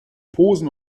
posen